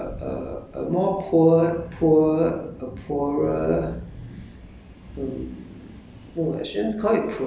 okay okay the first [one] I I will talk about is like uh uh err ah more poor poor ah poorer